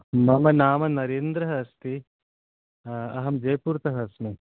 मम नाम नरेन्द्रः अस्ति अहं जयपूर्तः अस्मि